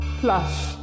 plush